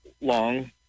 long